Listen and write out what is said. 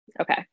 Okay